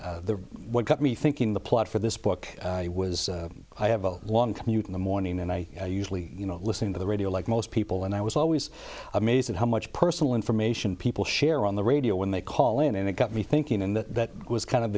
and what got me thinking the plot for this book was i have a long commute in the morning and i usually you know listening to the radio like most people and i was always amazed at how much personal information people share on the radio when they call and it got me thinking and that was kind of